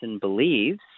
believes